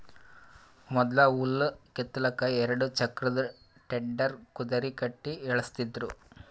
ಮೊದ್ಲ ಹುಲ್ಲ್ ಕಿತ್ತಲಕ್ಕ್ ಎರಡ ಚಕ್ರದ್ ಟೆಡ್ಡರ್ ಕುದರಿ ಕಟ್ಟಿ ಎಳಸ್ತಿದ್ರು